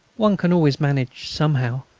one can always manage somehow.